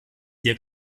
hier